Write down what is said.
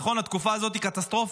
נכון, התקופה הזאת היא קטסטרופה,